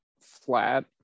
flat